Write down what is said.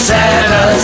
Santa